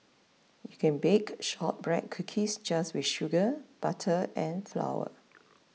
you can bake Shortbread Cookies just with sugar butter and flour